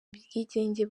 ubwigenge